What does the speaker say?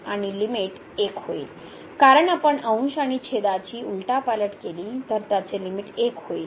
आणि लिमिट 1 होईल कारण आपण अंश आणि छेदा ची उलटा पालट केली तर त्याचे लिमिट 1 होईल